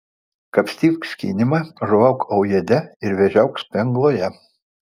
kapstyk skynimą žuvauk aujėde ir vėžiauk spengloje